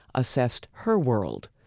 assessed her world,